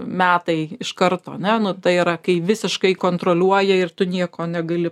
metai iš karto ane nu tai yra kai visiškai kontroliuoja ir tu nieko negali